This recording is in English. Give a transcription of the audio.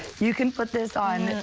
you can put this on.